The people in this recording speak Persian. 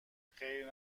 خیر